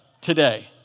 today